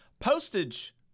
postage